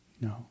No